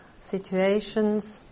situations